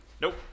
Nope